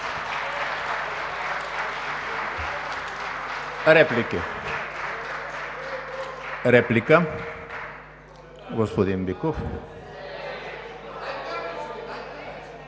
Реплики? Реплика – господин Биков.